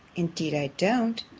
indeed i don't.